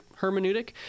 hermeneutic